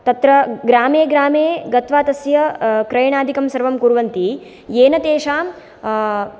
तत्र ग्रामे ग्रामे गत्वा तस्य क्रयणाधिकं सर्वं कुर्वन्ति येन तेषां